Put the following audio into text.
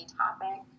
topic